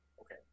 Okay